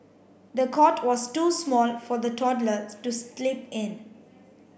the cot was too small for the toddler to sleep in